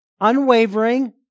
unwavering